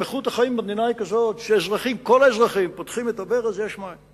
איכות החיים במדינה היא כזאת שכל האזרחים פותחים את הברזים ויש מים.